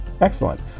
Excellent